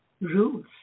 rules